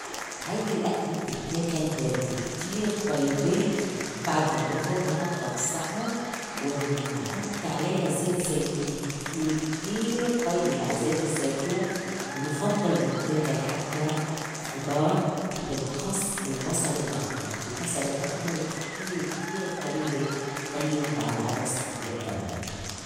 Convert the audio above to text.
هيدي الأكلة بتّتاكل باردة كتير طيبة بعد ما تُبرُد منحطّا بالصّحن ومنحط عليها زيت زيتون كتير كتير طيبة مع زيت الزّيتون ويُفضّل يتّاكل حدّا خُضار وبالأخص البصل الأخضر البصل الأخضر كتير كتير طيبة طيّب مع العدس المتبّل.